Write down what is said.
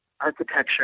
architecture